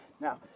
Now